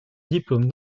diplôme